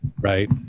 right